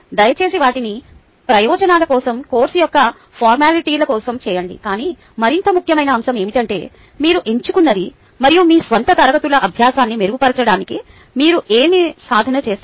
దయచేసి వాటిని ప్రయోజనాల కోసం కోర్సు యొక్క ఫార్మాలిటీల కోసం చేయండి కానీ మరింత ముఖ్యమైన అంశం ఏమిటంటే మీరు ఎంచుకున్నది మరియు మీ స్వంత తరగతుల అభ్యాసాన్ని మెరుగుపరచడానికి మీరు ఏమి సాధన చేస్తారు